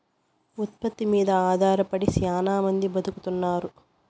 ఉత్పత్తి మీద ఆధారపడి శ్యానా మంది బతుకుతున్నారు